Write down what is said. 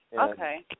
Okay